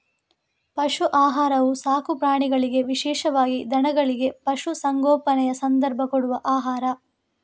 ಪಶು ಆಹಾರವು ಸಾಕು ಪ್ರಾಣಿಗಳಿಗೆ ವಿಶೇಷವಾಗಿ ದನಗಳಿಗೆ, ಪಶು ಸಂಗೋಪನೆಯ ಸಂದರ್ಭ ಕೊಡುವ ಆಹಾರ